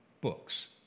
books